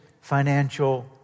financial